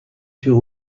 sur